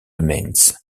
remains